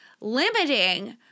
limiting